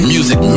Music